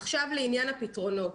עכשיו לעניין הפתרונות.